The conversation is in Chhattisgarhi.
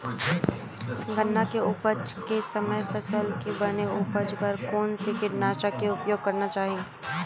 गन्ना के उपज के समय फसल के बने उपज बर कोन से कीटनाशक के उपयोग करना चाहि?